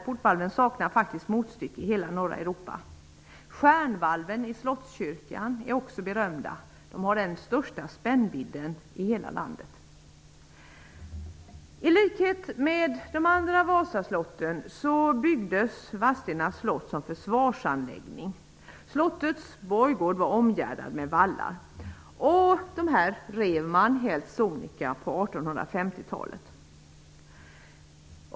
Portvalven saknar faktiskt motstycke i hela norra Europa. Stjärnvalven i slottskyrkan är också berömda. De har den största spännvidden i hela landet. I likhet med de andra Vasaslotten byggdes Vadstena slott som en försvarsanläggning. Slottets borggård var omgärdad med vallar. Dessa revs helt sonika på 1850-talet.